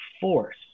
force